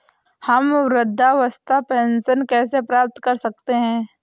हम वृद्धावस्था पेंशन कैसे प्राप्त कर सकते हैं?